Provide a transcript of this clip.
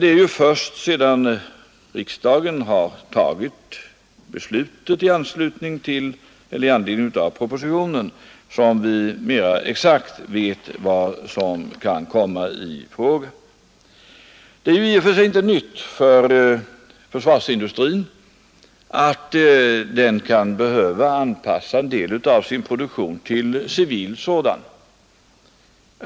Det är dock först sedan riksdagen har fattat sitt beslut i anledning av propositionen som vi mera exakt vet vilka konsekvenser som kan bli aktuella. Det är i och för sig inte nytt för försvarsindustrin att den kan behöva anpassa en del av sin verksamhet till civil produktion.